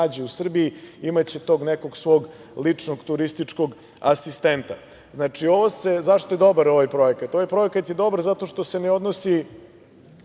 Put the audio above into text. nađe u Srbiji, imaće tog nekog svog ličnog turističkog asistenta.Zašto je dobar ovaj projekat? Ovaj projekat je dobar zato što se ne odnosi